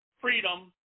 freedom